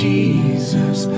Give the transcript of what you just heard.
Jesus